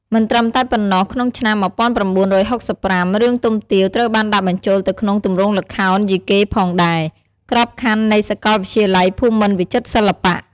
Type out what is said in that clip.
មិនត្រឹមតែប៉ុណ្ណោះ ក្នុងឆ្នាំ ១៩៦៥ រឿងទុំទាវ ត្រូវបានដាក់បញ្ចូលទៅក្នុងទម្រង់ល្ខោនយីកេផងដែរ ក្របខណ្ឌនៃសកលវិទ្យាល័យភូមិន្ទវិចិត្រសិល្បៈ។